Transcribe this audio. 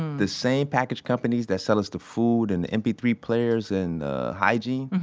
the same package companies that sell us the food and the m p three players and the hygiene,